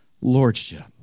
lordship